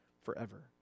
forever